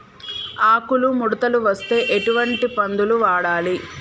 ఆకులు ముడతలు వస్తే ఎటువంటి మందులు వాడాలి?